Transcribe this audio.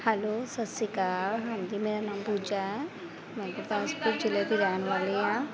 hello ਸਤਿ ਸ਼੍ਰੀ ਅਕਾਲ ਹਾਂਜੀ ਮੇਰਾ ਨਾਮ ਪੂਜਾ ਹੈ ਮੈਂ ਗੁਰਦਾਸਪੁਰ ਜ਼ਿਲ੍ਹੇ ਦੀ ਰਹਿਣ ਵਾਲੀ ਹਾਂ